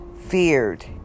feared